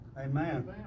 Amen